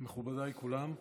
מכובדיי כולם,